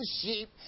sheep